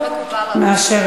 מקובל עלי.